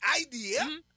idea